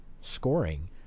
scoring